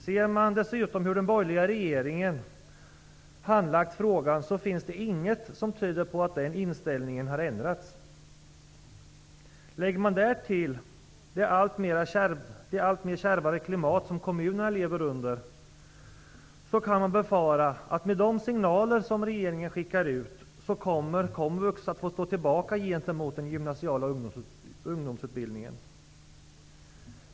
Man ser dessutom hur den borgerliga regeringen har handlagt frågan, och det finns ingenting som tyder på att den inställningen har ändrats. Lägger man därtill det alltmer kärva klimat som kommunerna lever i, kan man befara att de signaler som regeringen skickar ut innebär att komvux får stå tillbaka gentemot den gymnasiala ungdomsutbildningen.